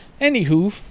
Anywho